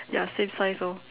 ya same size orh